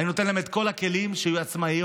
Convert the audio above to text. אני נותן להן את כל הכלים שיהיו עצמאיות.